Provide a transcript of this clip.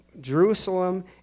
Jerusalem